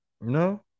no